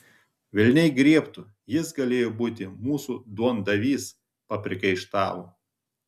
velniai griebtų jis galėjo būti mūsų duondavys papriekaištavo